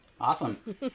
awesome